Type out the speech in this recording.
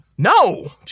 No